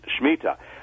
Shemitah